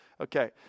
Okay